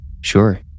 Sure